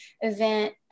event